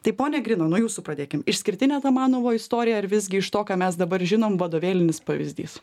tai pone grina nuo jūsų pradėkim išskirtinė ta manovo istorija ar visgi iš to ką mes dabar žinom vadovėlinis pavyzdys